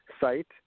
site